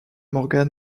morgan